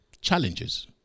challenges